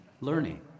learning